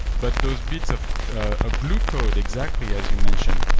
but those bits of ah glue code exactly as you mentioned,